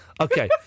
Okay